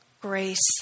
grace